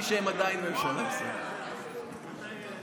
הם עדיין ממשלה, הם עדיין ממשלה.